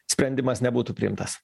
sprendimas nebūtų priimtas